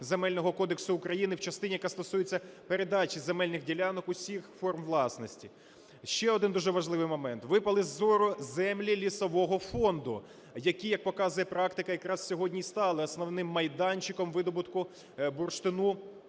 Земельного кодексу України в частині, яка стосується передачі земельних ділянок усіх форм власності. Ще один дуже важливий момент. Випали з зору землі Лісового фонду, які, як показує практика, якраз сьогодні і стали основним майданчиком видобутку бурштину